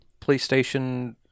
PlayStation